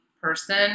person